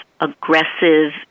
aggressive